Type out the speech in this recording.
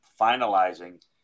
finalizing